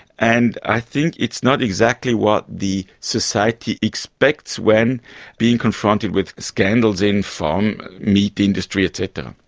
and i think it's not exactly what the society expects when being confronted with scandals in farms, meat industry, et cetera.